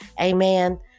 Amen